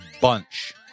bunch